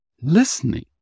listening